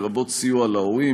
לרבות סיוע להורים.